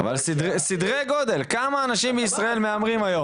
סדרי גודל, כמה אנשים בישראל מהמרים היום.